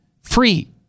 free